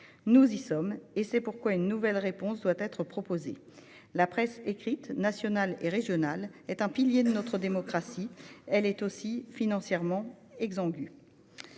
Nous y sommes, et c'est pourquoi une nouvelle réponse doit être proposée. La presse écrite, nationale et régionale, est un pilier de notre démocratie ; elle est aussi financièrement exsangue.